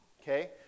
okay